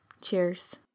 Cheers